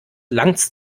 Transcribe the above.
langts